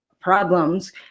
problems